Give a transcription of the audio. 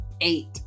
eight